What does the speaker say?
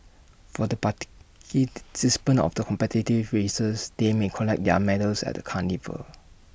for the of the competitive races they may collect their medals at the carnival